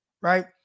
right